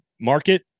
market